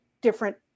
different